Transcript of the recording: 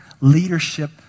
leadership